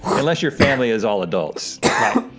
unless your family is all adults. right.